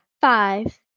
Five